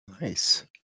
Nice